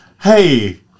hey